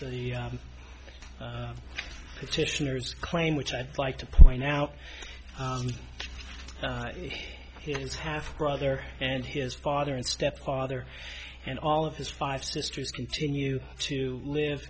leaders claim which i'd like to point out his half brother and his father and stepfather and all of his five sisters continue to live